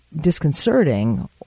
disconcerting